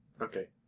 Okay